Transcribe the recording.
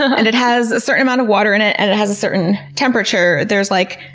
ah and it has a certain amount of water in it and it has a certain temperature. there's, like,